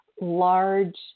large